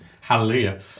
Hallelujah